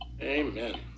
amen